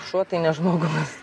šuo tai ne žmogus